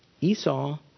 Esau